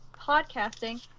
podcasting